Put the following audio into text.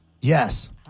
Yes